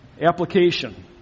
Application